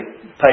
pay